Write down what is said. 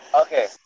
Okay